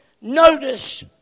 Notice